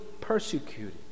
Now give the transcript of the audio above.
persecuted